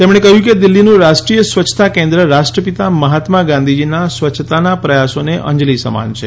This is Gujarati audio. તેમણે કહ્યું કે દિલ્હીનું રાષ્ટ્રીય સ્વચ્છતા કેન્દ્ર રાષ્ટ્રપિતા મહાત્મા ગાંધીજીના સ્વચ્છતાના પ્રયાસોને અંજલી સમાન છે